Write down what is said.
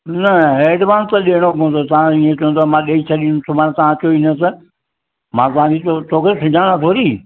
न एडवांस त ॾियणो पवंदो तव्हां इअं चवंदा मां ॾेई छॾियुमि सुभाणे तव्हां अचो ई न त मां तव्हांजी तोखे सुञाणा थोरी